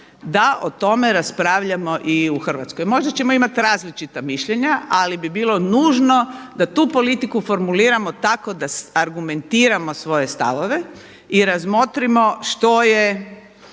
da o tome raspravljamo i u Hrvatskoj. Možda ćemo imati različita mišljenja, ali bi bilo nužno da tu politiku formuliramo tako da argumentiramo svoje stavove i razmotrimo što je